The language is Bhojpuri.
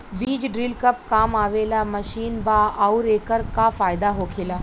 बीज ड्रील कब काम आवे वाला मशीन बा आऊर एकर का फायदा होखेला?